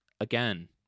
again